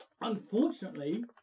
Unfortunately